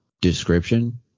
description